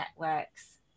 networks